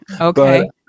Okay